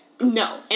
No